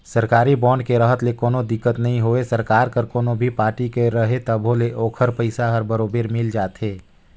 सरकारी बांड के रहत ले कोनो दिक्कत नई होवे सरकार हर कोनो भी पारटी के रही तभो ले ओखर पइसा हर बरोबर मिल जाथे